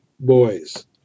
boys